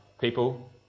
people